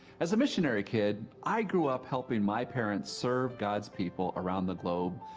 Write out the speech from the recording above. as a missionary kid, i grew up helping my parents serve god's people around the globe,